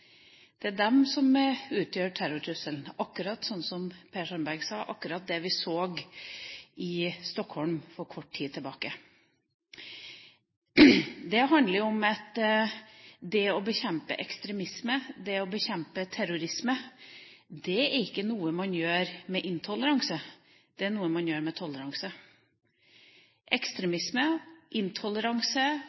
utgjør terrortrusselen, akkurat slik som Per Sandberg sa, akkurat slik vi så i Stockholm for kort tid tilbake. Det handler om at det å bekjempe ekstremisme, det å bekjempe terrorisme, ikke er noe man gjør med intoleranse. Det er noe man gjør med toleranse. Ekstremisme, intoleranse